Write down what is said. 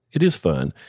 it is fun.